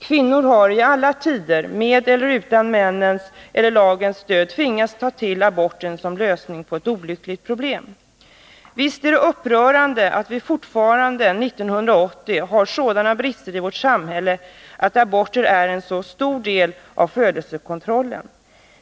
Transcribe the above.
Kvinnor har i alla tider med eller utan männens eller lagens stöd tvingats ta till aborter som lösning på ett olyckligt Visst är det upprörande att vi fortfarande 1980 har sådana brister i vårt samhälle att aborter är en så stor del av födelsekontrollen.